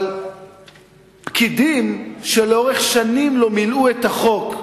אבל פקידים שלאורך שנים לא מילאו את החוק,